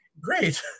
great